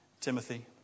Timothy